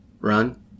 run